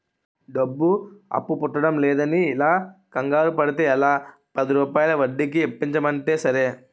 డబ్బు అప్పు పుట్టడంలేదని ఇలా కంగారు పడితే ఎలా, పదిరూపాయల వడ్డీకి ఇప్పించమంటే సరే